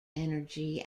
energy